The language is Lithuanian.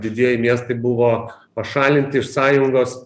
didieji miestai buvo pašalinti iš sąjungos